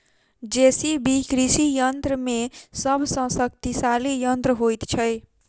JCB कृषि यंत्र मे सभ सॅ शक्तिशाली यंत्र होइत छै